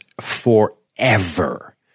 forever